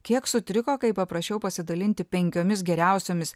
kiek sutriko kai paprašiau pasidalinti penkiomis geriausiomis